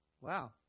wow